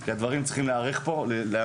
כי הדברים צריכים להיאמר פה.